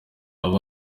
baba